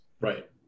Right